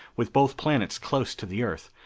with both planets close to the earth,